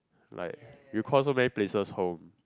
like you called so many places home